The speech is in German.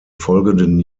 folgenden